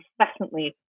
incessantly